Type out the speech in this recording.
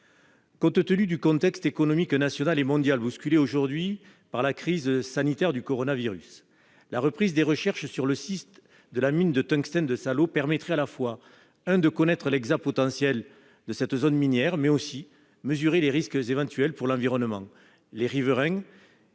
Compte tenu du contexte économique national et mondial, bousculé aujourd'hui par la crise sanitaire du coronavirus, la reprise des recherches sur le site de la mine de tungstène de Salau permettrait de connaître l'exact potentiel de cette zone minière, mais aussi de mesurer les risques éventuels pour l'environnement. Les riverains,